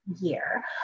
year